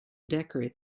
decorate